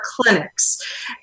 clinics